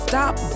Stop